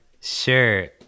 Sure